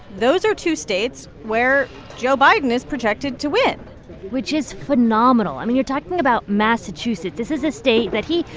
those are two states where joe biden is projected to win which is phenomenal i mean, you're talking about massachusetts. this is a state that he,